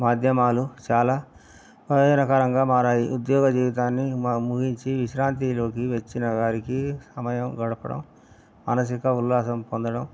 మాధ్యమాలు చాలా ప్రయోజనకరంగా మారాయి ఉద్యోగ జీవితాన్ని ముగించి విశ్రాంతిలోకి వెచ్చిన వారికి సమయం గడపడం మానసిక ఉల్లాసం పొందడం